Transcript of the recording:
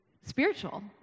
spiritual